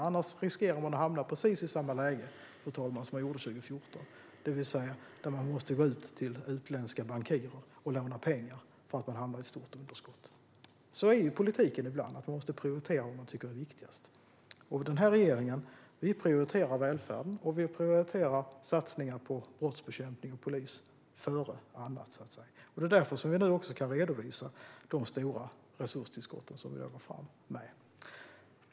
Annars riskerar man att hamna i precis samma läge, fru talman, som man gjorde 2014, det vill säga att man måste gå ut till utländska bankirer och låna pengar för att man hamnade i ett stort underskott. Så är politiken ibland. Man måste prioritera det som man tycker är viktigast. Den här regeringen prioriterar välfärd, satsningar på brottsbekämpning och polis före annat. Det är därför som vi nu kan redovisa de stora resurstillskotten.